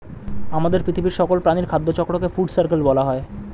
আমাদের পৃথিবীর সকল প্রাণীর খাদ্য চক্রকে ফুড সার্কেল বলা হয়